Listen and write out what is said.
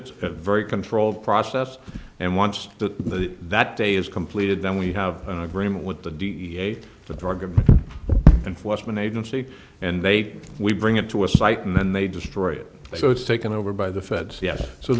it's a very controlled process and once the that day is completed then we have an agreement with the da the drug enforcement agency and they we bring it to a site and then they destroy it so it's taken over by the feds yes so